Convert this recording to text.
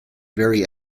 very